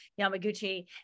Yamaguchi